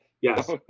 Yes